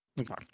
Okay